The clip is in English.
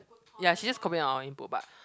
ya she just comment on our input but